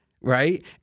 right